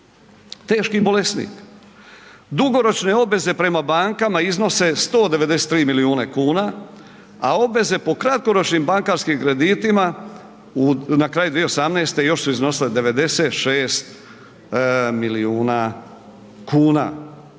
teški bolesnik. Dugoročne obveze prema bankama iznose 193 milijuna kuna, a obveze po kratkoročnim bankarskim kreditima na kraju 2018. još su iznosile 96 milijuna kuna,